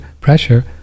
pressure